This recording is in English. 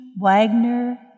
Wagner